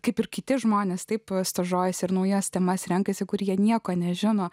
kaip ir kiti žmonės taip stažuojasi ir naujas temas renkasi kurie nieko nežino